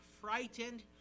frightened